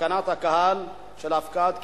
תקנת הקהל של הפקעת קידושים,